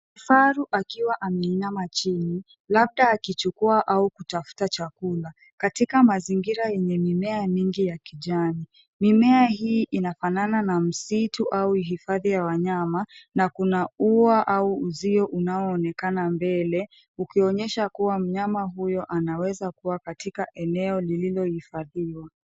Kifaru akiwa ameinama chini. Labda akichukua au kutafuta chakula katika mazingira yenye mimea mingi ya kijani. Mimea hii inafanana na msitu au hifadhi ya wanyama na kuna ua au uzio unaonekana mbele, ukionyesha kuwa mnyama huyo anaweza kuwa katika eneo lililohifadhiwa.